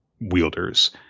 wielders